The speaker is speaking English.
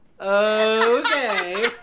Okay